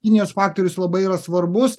kinijos faktorius labai yra svarbus